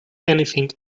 anything